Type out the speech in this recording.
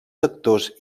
sectors